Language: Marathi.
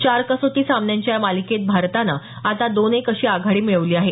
चार कसोटी सामन्यांच्या या मालिकेत भारतानं आता दोन एक अशी आघाडी मिळवली आहे